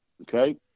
Okay